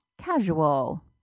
casual